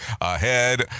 ahead